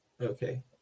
Okay